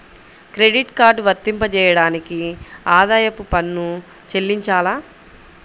Credit card వర్తింపజేయడానికి ఆదాయపు పన్ను చెల్లించాలా?